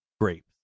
grapes